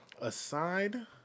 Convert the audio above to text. aside